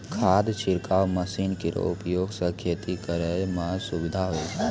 खाद छिड़काव मसीन केरो उपयोग सँ खेती करै म सुबिधा होय छै